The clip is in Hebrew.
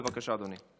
בבקשה, אדוני.